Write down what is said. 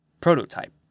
prototype